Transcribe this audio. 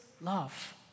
love